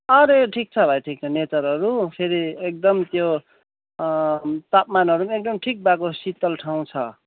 अरे ठिक छ भाइ ठिक छ नेचरहरू फेरि एकदम त्यो तापमानहरू पनि एकदम ठिक भएको शीतल ठाउँ छ